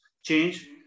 change